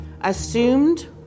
assumed